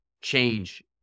change